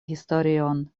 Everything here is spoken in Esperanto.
historion